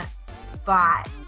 spot